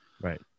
Right